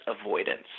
avoidance